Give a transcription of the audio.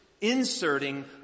inserting